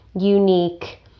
unique